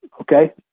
Okay